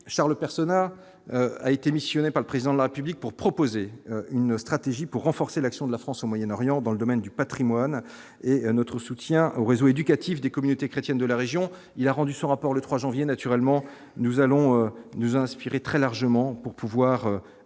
Charles Personnaz a été missionné par le président de la République pour proposer une stratégie pour renforcer l'action de la France au Moyen-Orient, dans le domaine du Patrimoine et notre soutien au réseau éducatif des communautés chrétiennes de la région, il a rendu son rapport le 3 janvier naturellement, nous allons nous inspirer très largement pour pouvoir